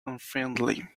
unfriendly